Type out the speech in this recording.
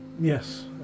yes